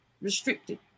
restricted